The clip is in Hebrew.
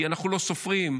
כי אנחנו לא סופרים,